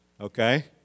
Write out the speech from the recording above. okay